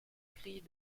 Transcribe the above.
cris